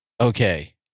okay